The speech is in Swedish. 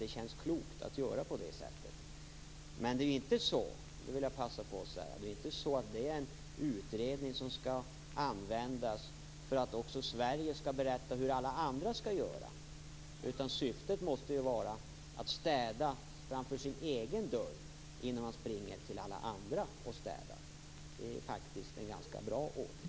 Det känns klokt att göra det. Men jag vill passa på att säga att det inte är en utredning som skall användas för att Sverige skall berätta hur alla andra skall göra. Syftet måste ju vara att städa framför sin egen dörr innan man springer till alla andra och städar. Det är faktiskt en ganska bra ordning.